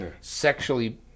sexually